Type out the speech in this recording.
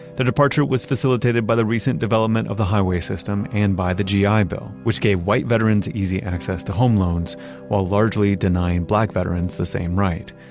the departure was facilitated by the recent development of the highway system and by the gi ah bill, which gave white veterans easy access to home loans while largely denying black veterans the same right.